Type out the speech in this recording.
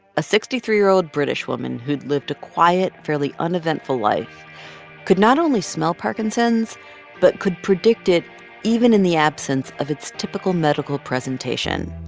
a sixty three year old british woman who'd lived a quiet, fairly uneventful life could not only smell parkinson's but could predict it even in the absence of its typical medical presentation.